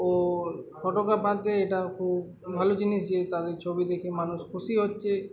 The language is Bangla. ও ফটোগাফারদের এটা খুব ভালো জিনিস যে তাদের ছবি দেখে মানুষ খুশি হচ্চে